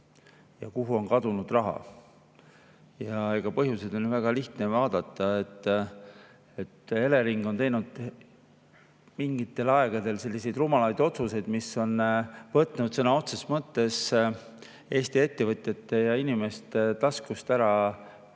ja kuhu on kadunud raha. Põhjuseid on väga lihtne vaadata. Elering on teinud mingil ajal selliseid rumalaid otsuseid, mis on võtnud sõna otseses mõttes Eesti ettevõtjate ja inimeste taskust ära